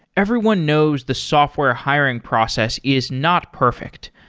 everyone knows the software hiring process is not perfect.